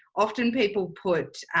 often people put,